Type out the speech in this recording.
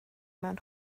mewn